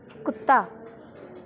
ਕੁੱਤਾ